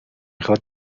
خواد